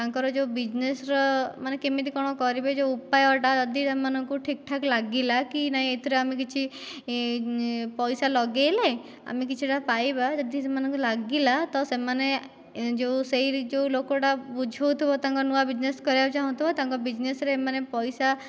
ତାଙ୍କର ଯେଉଁ ବୀଜନେସ୍ର ମାନେ କେମିତି କ'ଣ କରିବେ ଯେଉଁ ଉପାୟଟା ସେମାନଙ୍କୁ ଯଦି ଠିକଠାକ ଲାଗିଲା କି ନାଇଁ ଏଥିରେ ଆମେ କିଛି ପଇସା ଲଗେଇଲେ ଆମେ କିଛିଟା ପାଇବା ଯଦି ସେମାନଙ୍କୁ ଲାଗିଲା ତ ସେମାନେ ଯେଉଁ ସେଇଠି ଯେଉଁ ଲୋକଟା ବୁଝାଉଥିବ ତାଙ୍କ ନୂଆ ବୀଜନେସ୍ କରିବାକୁ ଚାହୁଁଥିବ ତାଙ୍କ ବୀଜନେସ୍ରେ ଏମାନେ ପଇସା